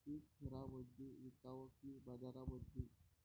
पीक घरामंदी विकावं की बाजारामंदी?